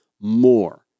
more